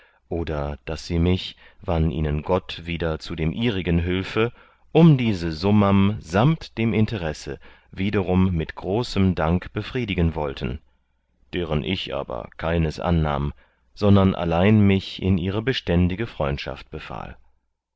oder daß sie mich wann ihnen gott wieder zu dem ihrigen hülfe um diese summam samt dem interesse wiederum mit großem dank befriedigen wollten deren ich aber keines annahm sondern allein mich in ihre beständige freundschaft befahl